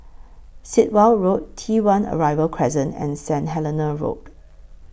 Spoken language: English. Sit Wah Road T one Arrival Crescent and Saint Helena Road